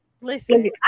Listen